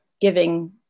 giving